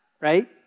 Right